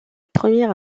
première